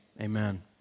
amen